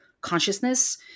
consciousness